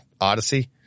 Odyssey